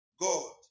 God